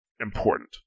important